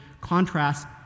contrast